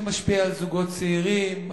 שמשפיע על זוגות צעירים,